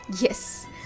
Yes